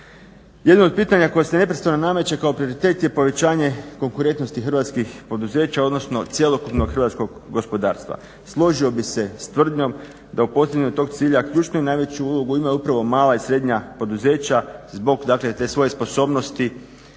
Jedno od pitanja koje se neprestano nameće kao prioritet je povećanje konkurentnosti hrvatskih poduzeća, odnosno cjelokupnog hrvatskog gospodarstva. Složio bih se s tvrdnjom da u postizanju tog cilja ključnu i najveću ulogu imaju upravo mala i srednja poduzeća zbog te svoje sposobnosti